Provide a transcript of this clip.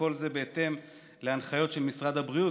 וכל זה בהתאם להנחיות של משרד הבריאות,